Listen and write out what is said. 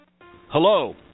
Hello